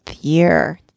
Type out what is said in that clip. year